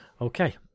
Okay